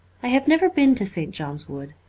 i have never been to st. john's wood.